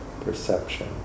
perception